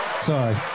Sorry